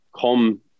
come